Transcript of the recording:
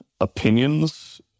opinions